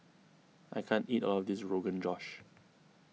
I can't eat all of this Rogan Josh